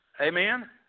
Amen